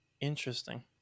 Interesting